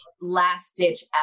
last-ditch